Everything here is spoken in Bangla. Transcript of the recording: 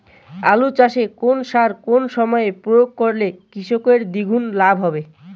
আলু চাষে কোন সার কোন সময়ে প্রয়োগ করলে কৃষকের দ্বিগুণ লাভ হবে?